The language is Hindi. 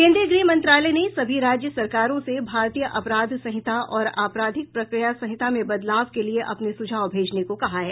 केन्द्रीय गृह मंत्रालय ने सभी राज्य सरकारों से भारतीय अपराध संहिता और आपराधिक प्रक्रिया संहिता में बदलाव के लिए अपने सुझाव भेजने को कहा है